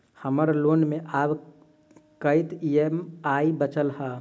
हम्मर लोन मे आब कैत ई.एम.आई बचल ह?